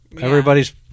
Everybody's